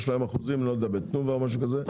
יש להם אחוזים בתנובה או משהו כזה,